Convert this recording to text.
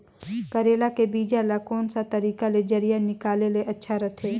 करेला के बीजा ला कोन सा तरीका ले जरिया निकाले ले अच्छा रथे?